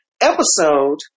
episode